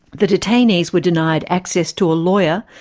the detainees were denied access to a lawyer,